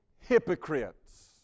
hypocrites